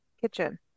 kitchen